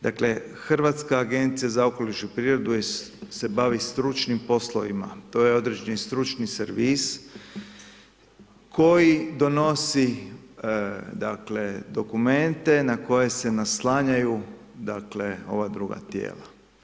Dakle, Hrvatska agencija za okoliš i prirodu se bavi stručnim poslovima to je određeni stručni servis koji donosi dakle dokumente na koje se naslanjaju dakle, ova druga tijela.